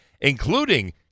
including